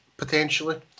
Potentially